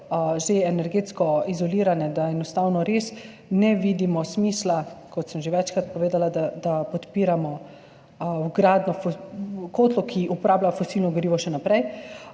energetsko izolirane, da enostavno res ne vidimo smisla, kot sem že večkrat povedala, da podpiramo vgradnjo kotlov, ki uporablja fosilno gorivo še naprej.